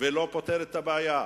ולא פותר את הבעיה.